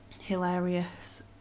hilarious